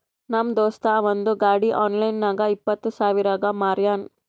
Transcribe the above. ನಮ್ ದೋಸ್ತ ಅವಂದ್ ಗಾಡಿ ಆನ್ಲೈನ್ ನಾಗ್ ಇಪ್ಪತ್ ಸಾವಿರಗ್ ಮಾರ್ಯಾನ್